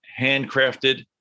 handcrafted